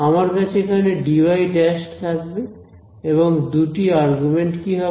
আমার কাছে এখানে dy ′ থাকবে এবং দুটি আর্গুমেন্ট কি হবে